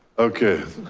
okay,